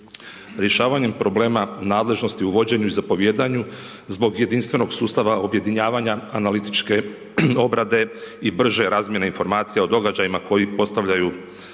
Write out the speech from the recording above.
Rješavanjem problema nadležnosti u vođenju i zapovijedanju zbog jedinstvenog sustava objedinjavanja analitičke obrade i brže razmijene informacija o događajima koji postavljaju, predstavljaju